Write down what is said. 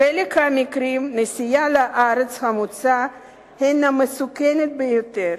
בחלק מהמקרים נסיעה לארץ המוצא מסוכנת ביותר,